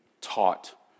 taught